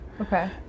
Okay